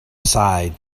aside